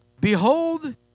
Behold